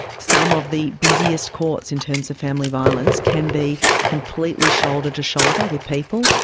some of the busiest courts in terms of family violence can be completely shoulder to shoulder with people,